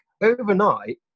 overnight